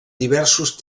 diversos